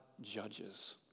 judges